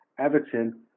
Everton